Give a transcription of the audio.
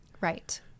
Right